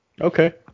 Okay